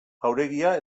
jauregia